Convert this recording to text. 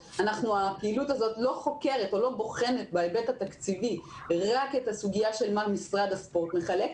הפעילות הזאת לא בוחנת רק את הסוגיה של מה משרד הספורט מחלק,